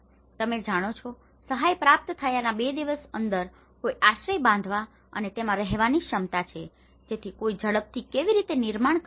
તમે જાણો છો સહાય પ્રાપ્ત થયાના બે દિવસની અંદર કોઈ આશ્રય બાંધવા અને તેમાં રહેવાની ક્ષમતા છે જેથી કોઈ ઝડપથી કેવી રીતે નિર્માણ કરી શકે